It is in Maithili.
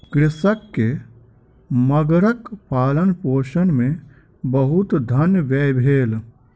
कृषक के मगरक पालनपोषण मे बहुत धन व्यय भेल